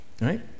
Right